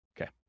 Okay